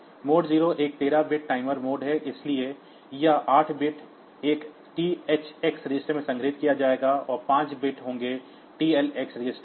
mode 0 एक 13 bit timer mode है इसलिए यह 8 बिट्स एक THx रजिस्टर में संग्रहीत किया जाएगा और 5 बिट्स होंगे TLx रजिस्टर में